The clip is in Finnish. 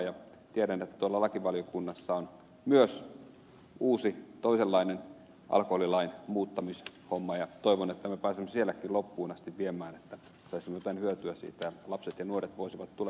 tiedän että lakivaliokunnassa on myös uusi toisenlainen alkoholilain muuttamishomma ja toivon että pääsemme sielläkin asian loppuun asti viemään että saisimme jotain hyötyä siitä ja lapset ja nuoret voisivat tulevaisuudessa paremmin